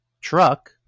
truck